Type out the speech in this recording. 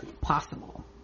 possible